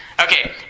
Okay